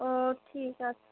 ও ঠিক আছে